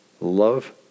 Love